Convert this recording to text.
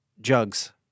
jugs